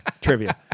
Trivia